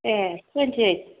ए थुइनथि ओइथ